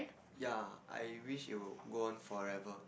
ya I wished it would go on forever